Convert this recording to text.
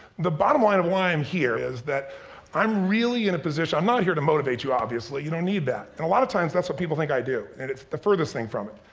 the bottom line of why i'm here is that i'm really in a position, i'm not here to motivate you obviously, you don't need that. and a lot of times that's what people think i do and it's the furthest thing from it.